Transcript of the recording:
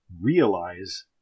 realize